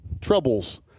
troubles